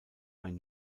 ein